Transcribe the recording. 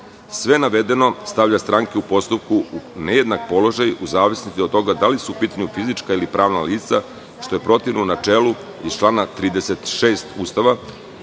navedeno stavlja stranke u postupku u nejednak položaj u zavisnosti od toga da li su u pitanju fizička ili pravna lica, što je protivno načelu iz člana 36. Ustava,